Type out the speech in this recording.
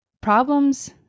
problems